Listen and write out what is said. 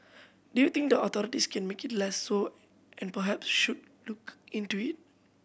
do you think the authorities can make it less so and perhaps should look into it